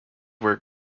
where